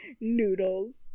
Noodles